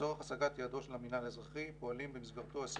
לצורך השגת יעדו של המינהל האזרחי פועלים במסגרתו 25